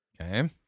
Okay